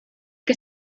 que